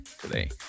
today